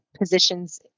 positions